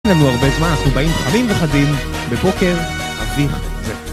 אין לנו הרבה זמן, אנחנו באים חמים וחדים, בבוקר, אביב זה.